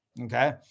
okay